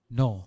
no